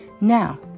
Now